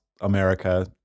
America